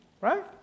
Right